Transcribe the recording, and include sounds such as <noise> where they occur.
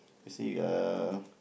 you see uh <breath>